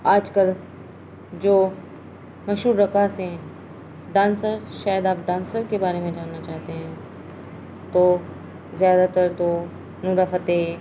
آج کل جو مشہور رقا سےیں ڈانسر شاید آپ ڈانسر کے بارے میں جاننا چاہتے ہیں تو زیادہ تر تو نرافتح